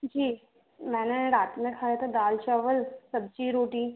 जी मैंने रात में खाया था दाल चावल सब्ज़ी रोटी